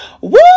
woo